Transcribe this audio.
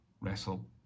wrestle